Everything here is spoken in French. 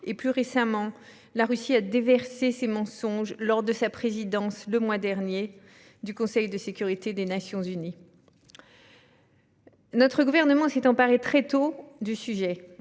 Plus récemment, la Russie a déversé ses mensonges lors de sa présidence, le mois dernier, du Conseil de sécurité des Nations unies. Le Gouvernement s'est emparé très tôt de ce sujet,